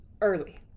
early